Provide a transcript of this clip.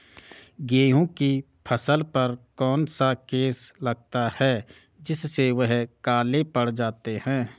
गेहूँ की फसल पर कौन सा केस लगता है जिससे वह काले पड़ जाते हैं?